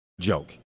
joke